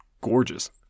gorgeous